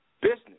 business